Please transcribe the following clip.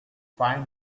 find